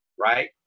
right